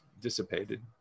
dissipated